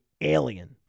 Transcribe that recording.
alien